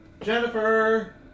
Jennifer